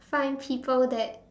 find people that